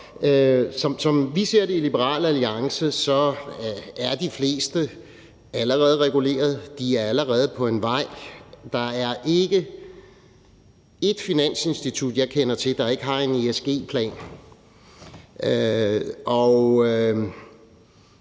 som vi ser det i Liberal Alliance, er de fleste allerede reguleret. De er allerede på vej. Der er ikke ét finansinstitut, jeg kender til, der ikke har en ESG-plan.